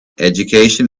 education